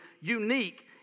unique